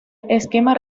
esquema